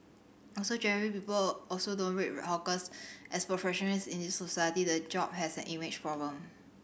also generally people also don't rate hawkers as professionals in this society the job has an image problem